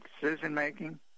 decision-making